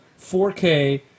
4K